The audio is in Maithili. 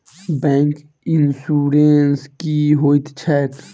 बैंक इन्सुरेंस की होइत छैक?